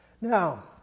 Now